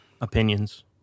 opinions